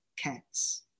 Cats